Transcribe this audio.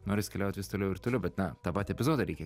noris keliaut vis toliau ir toliau bet na tą epizodą reikia